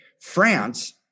France